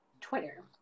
Twitter